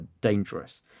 dangerous